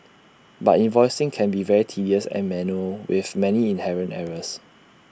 but invoicing can be very tedious and manual with many inherent errors